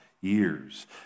years